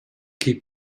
keep